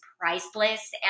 priceless